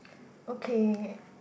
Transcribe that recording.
okay